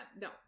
no